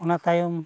ᱚᱱᱟ ᱛᱟᱭᱚᱢ